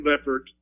effort